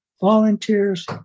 volunteers